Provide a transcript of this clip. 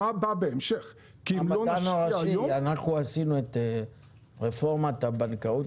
מה בא בהמשך --- אנחנו עשינו את רפורמת הבנקאות,